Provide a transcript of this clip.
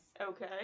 Okay